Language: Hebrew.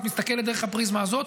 את מסתכלת דרך הפריזמה הזאת.